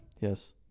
Yes